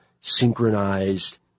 synchronized